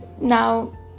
now